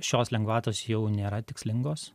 šios lengvatos jau nėra tikslingos